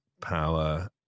power